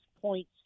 points